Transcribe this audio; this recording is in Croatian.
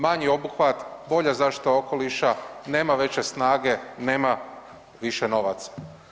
Manji obuhvat, bolja zaštita okoliša, nema veće snage, nema više novaca.